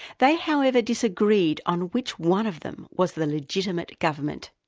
they however, disagreed on which one of them was the legitimate government.